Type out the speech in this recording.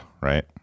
right